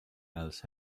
else